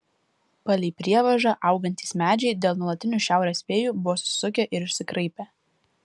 palei prievažą augantys medžiai dėl nuolatinių šiaurės vėjų buvo susisukę ir išsikraipę